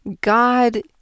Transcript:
God